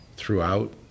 throughout